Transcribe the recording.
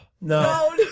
no